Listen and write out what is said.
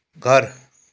घर